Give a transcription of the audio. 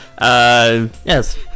Yes